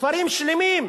וכפרים שלמים,